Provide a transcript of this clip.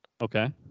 Okay